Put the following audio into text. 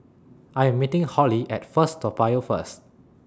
I Am meeting Hollie At First Toa Payoh First